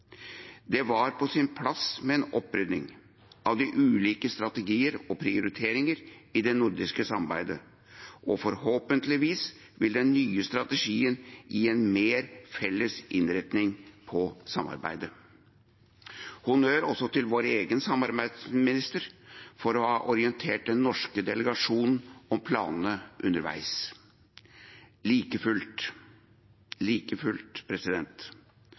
Det var på sin plass med en opprydning av de ulike strategier og prioriteringer i det nordiske samarbeidet, og forhåpentligvis vil den nye strategien gi en mer felles innretning på samarbeidet – honnør også til vår egen samarbeidsminister for å ha orientert den norske delegasjonen om planene underveis. Like fullt